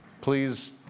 Please